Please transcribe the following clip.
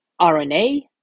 RNA